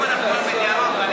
אם אנחנו כבר בדיאלוג,